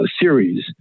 series